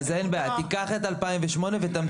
אז אין בעיה, תיקח את שנת 2008 ותמתין.